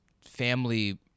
family